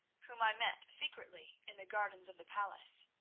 whom i met secretly in the gardens of the palace.